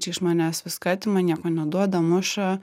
čia iš manęs viską atima nieko neduoda muša